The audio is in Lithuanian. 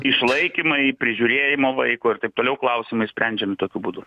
išlaikymai prižiūrėjimo vaiko ir taip toliau klausimai sprendžiami tokiu būdu